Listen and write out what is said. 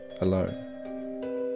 alone